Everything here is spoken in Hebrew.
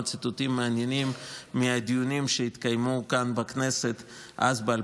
ציטוטים מעניינים מהדיונים שהתקיימו כאן בכנסת אז,